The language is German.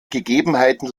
gegebenheiten